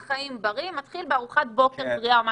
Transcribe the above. חיים בריא מתחיל בארוחת בוקר בריאה.